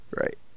Right